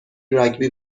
راگبی